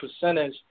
percentage